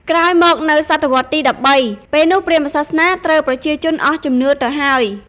ក្រោយមកនៅសតវត្សរ៍ទី ១៣ ពេលនោះព្រាហ្មណ៍សាសនាត្រូវប្រជាជនអស់ជំនឿទៅហើយ។